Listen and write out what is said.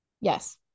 yes